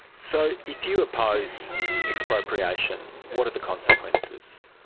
so if you oppose expropriation, what are the consequences?